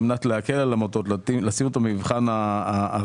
על מנת להקל על עמותות ולשים אותן במבחן הרצינות,